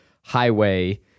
highway